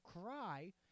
cry